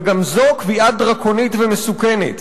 וגם זו קביעה דרקונית ומסוכנת,